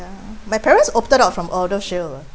ya my parents opted out from ElderShield ah